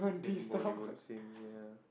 Bollywood scene ya